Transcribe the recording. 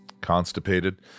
constipated